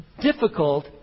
Difficult